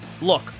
Look